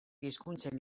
hizkuntzen